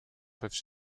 peuvent